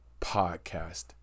podcast